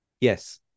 Yes